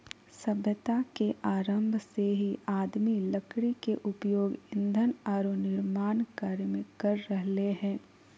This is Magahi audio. सभ्यता के आरंभ से ही आदमी लकड़ी के उपयोग ईंधन आरो निर्माण कार्य में कर रहले हें